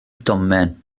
domen